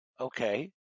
Okay